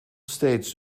steeds